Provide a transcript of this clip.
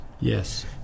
Yes